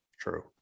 true